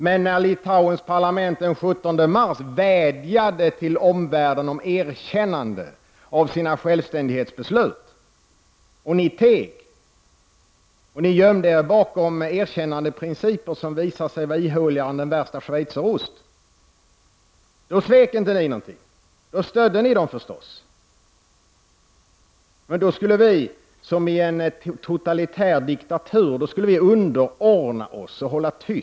Men när Litauens parlament den 17 mars vädjade till omvärlden om erkännande av sina självständighetsbeslut, och ni teg och gömde er bakom erkännandeprinciper som visar sig vara ihåligare än den värsta schweizerost, då svek inte ni någonting. Då stödde ni dem förstås! Men då skulle vi som i en totalitär diktatur underordna oss och hålla tyst, Prot.